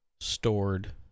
stored